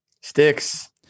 Sticks